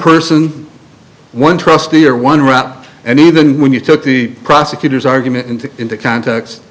person one trustee or one route and even when you took the prosecutor's argument into context